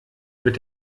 mit